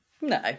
No